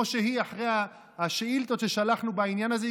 אחרי השאילתות ששלחנו בעניין הזה,